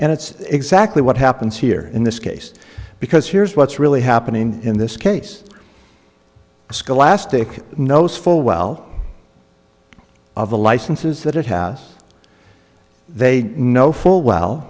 and it's exactly what happens here in this case because here's what's really happening in this case scholastic knows full well of the licenses that house they know full well